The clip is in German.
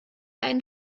einen